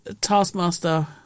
Taskmaster